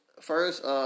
first